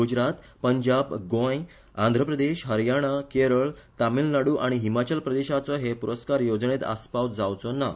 गुजरात पंजाब गोंय आंध्रप्रदेश हरयाणा केरळ तामीळनाडु आनी हिमाचल प्रदेशाचो हे प्रस्कार येवजणेंत आसपाव जावचो ना